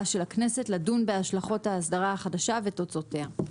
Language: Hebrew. של הכנסת לדון בהשלכות ההסדרה החדשה ותוצאותיה'.